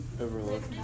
Overlooked